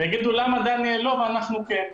ויגידו למה דניאל לא ואנחנו כן,